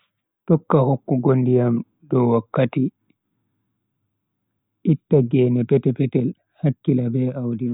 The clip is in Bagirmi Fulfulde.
Tokka hokkugo ndiyam dow wakkati, itta gene petel-petel, hakkila be audi mai.